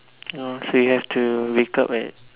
oh so you have to wake up at